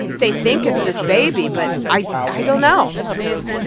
they think it's this baby. but i i don't know